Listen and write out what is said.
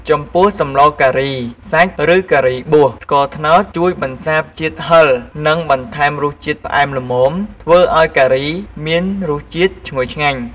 ចំពោះសម្លការីសាច់ឬការីបួស ស្ករត្នោតជួយបន្សាបជាតិហឹរនិងបន្ថែមរសជាតិផ្អែមល្មម ធ្វើឱ្យការីមានរសជាតិឈ្ងុយឆ្ងាញ់។